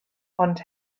ond